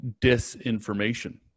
disinformation